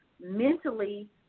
Mentally